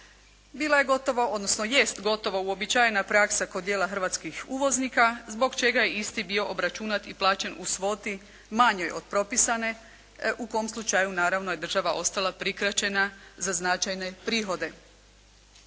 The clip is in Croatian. bila je gotovo, odnosno jest gotovo uobičajena praksa kod dijela hrvatskih uvoznika zbog čega je isti bio obračunat i plaćen u svoti manjoj od propisane u kom slučaju je naravno država ostala prikraćena za značajne prihode.